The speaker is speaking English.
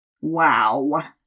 wow